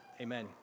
Amen